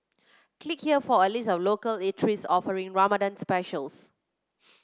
click here for a list of local eateries offering Ramadan specials